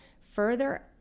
Further